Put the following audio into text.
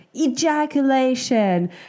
ejaculation